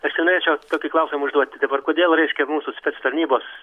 aš čia norėčiau tokį klausimą užduoti dabar kodėl reiškia mūsų tarnybos